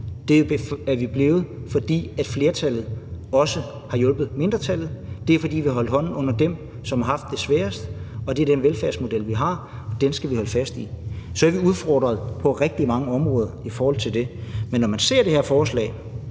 Det er vi blevet, fordi flertallet også har hjulpet mindretallet. Det er, fordi vi har holdt hånden under dem, som har haft det sværest. Det er den velfærdsmodel, vi har, og den skal vi holde fast i, selv om vi er udfordret på rigtig mange områder i forhold til det. Men når man ser det her forslag,